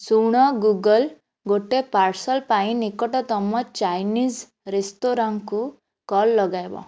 ଶୁଣ ଗୁଗୁଲ ଗୋଟେ ପାର୍ସଲ ପାଇଁ ନିକଟତମ ଚାଇନିଜ୍ ରେସ୍ତୋରାଁକୁ କଲ୍ ଲଗାଇବ